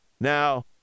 Now